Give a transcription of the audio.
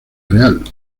real